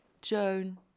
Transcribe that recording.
Joan